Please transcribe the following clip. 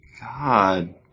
God